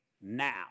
now